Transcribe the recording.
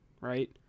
right